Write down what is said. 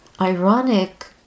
ironic